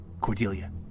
Cordelia